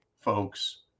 folks